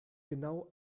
genau